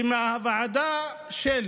מהוועדה של